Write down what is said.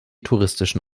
touristischen